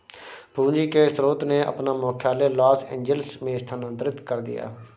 पूंजी के स्रोत ने अपना मुख्यालय लॉस एंजिल्स में स्थानांतरित कर दिया